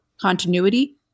continuity